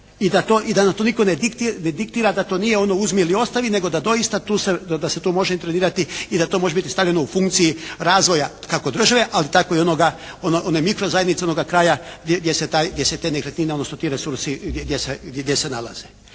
i da nam to nitko ne diktira da to nije ono uzmi ili ostavi nego da doista tu se, da se tu može intervenirati i da to može biti stavljeno u funkciji razvoja kako države, ali tako i onoga, one mikro zajednice, onoga kraja gdje se te nekretnine odnosno ti resursi gdje se nalaze.